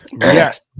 Yes